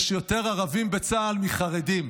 יש יותר ערבים בצה"ל מחרדים.